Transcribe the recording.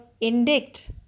indict